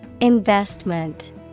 Investment